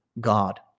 god